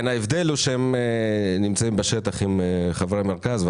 ההבדל הוא שהם נמצאים בשטח עם חברי מרכז.